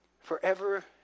forever